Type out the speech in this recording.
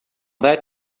that